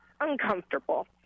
uncomfortable